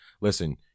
listen